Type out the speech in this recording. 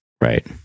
Right